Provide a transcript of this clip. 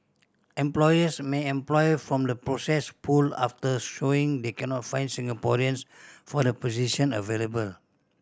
employers may employ from the processed pool after showing they cannot find Singaporeans for the position available